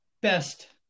best